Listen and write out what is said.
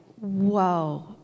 whoa